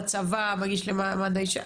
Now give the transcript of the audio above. בצבא מגישים למעמד האישה,